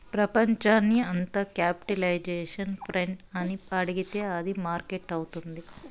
ప్రపంచాన్ని అంత capitalisation friend అని అడిగితే అది మార్కెట్ అవుతుంది